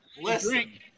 listen